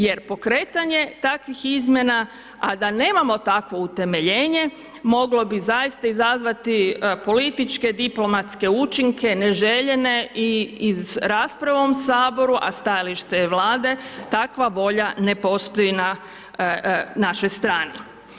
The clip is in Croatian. Jer pokretanje takvih izmjena, a da nemamo takvo utemeljenje moglo bi zaista izazvati političke, diplomatske učinke neželjene i iz rasprave u ovom saboru, a stajalište je Vlade, takva volja ne postoji na našoj strani.